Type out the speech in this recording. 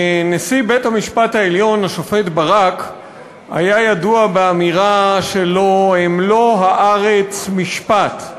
נשיא בית-המשפט העליון השופט ברק היה ידוע באמירה שלו: מלוא הארץ משפט.